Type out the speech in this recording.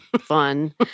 fun